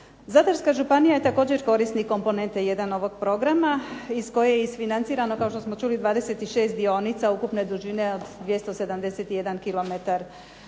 Zadarska županija je također korisnik komponente 1. ovoga programa iz koje je isfinancirano kao što smo čuli 26 dionica ukupne dužine 271